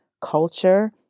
culture